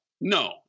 No